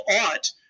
ought